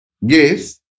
Yes